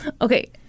Okay